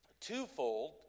twofold